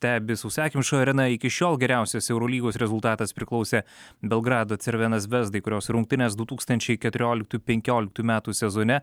stebi sausakimša arena iki šiol geriausias eurolygos rezultatas priklausė belgrado crvena zvezdai kurios rungtynes du tūkstančiai keturioliktų penkioliktųjų metų sezone